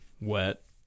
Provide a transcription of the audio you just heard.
wet